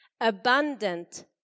abundant